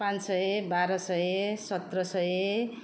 पाँच सय बाह्र सय सत्र सय